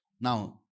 Now